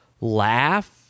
laugh